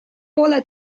poole